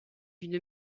une